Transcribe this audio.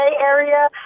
Area